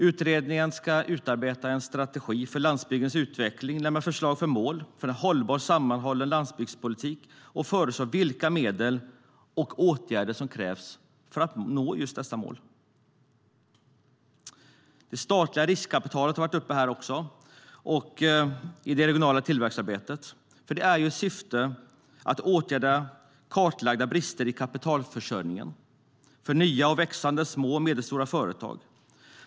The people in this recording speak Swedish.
Utredningen ska utarbeta en strategi för landsbygdens utveckling, lämna förslag till mål för en hållbar sammanhållen landsbygdspolitik och föreslå vilka medel och åtgärder som krävs för att nå dessa mål. Det statliga riskkapitalet i det regionala tillväxtarbetet har också tagits upp. Syftet är att åtgärda kartlagda brister i kapitalförsörjningen för nya och växande små och medelstora företag.